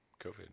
COVID